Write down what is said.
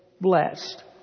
blessed